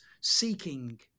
seeking